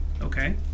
Okay